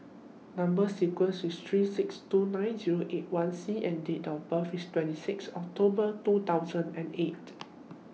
Number sequence IS T three six two nine Zero eight one C and Date of birth IS twenty six October two thousand and eight